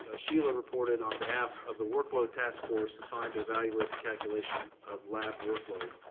ah sheila reported on behalf of the workload task force assigned to evaluate the calculation of lab workload.